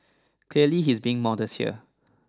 clearly he's being modest here